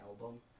album